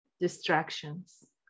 distractions